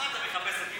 אתה מחפש את יוליה?